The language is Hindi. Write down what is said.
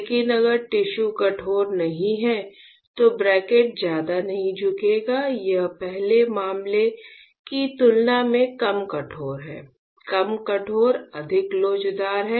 लेकिन अगर टिश्यू कठोर नहीं है तो ब्रैकेट ज्यादा नहीं झुकेगा यह पहले मामले की तुलना में कम कठोर है कम कठोर अधिक लोचदार है